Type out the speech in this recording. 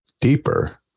deeper